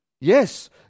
yes